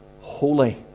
holy